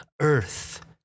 earth